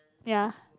ya